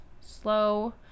slow